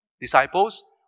disciples